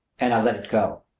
and i let it go.